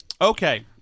Okay